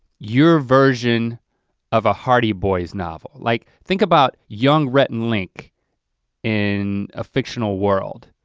your version of a hardy boys novels, like think about young rhett and link in a fictional world,